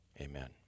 amen